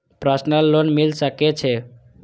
Personal loan मिल सके छे?